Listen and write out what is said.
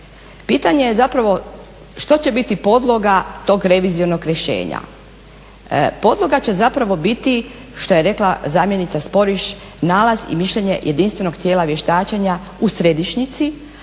Pitanje je zapravo što će biti podloga tog revizionog rješenja? Podloga će zapravo biti što je rekla zamjenica Sporiš nalaz i mišljenje jedinstvenog tijela vještačenja u središnjici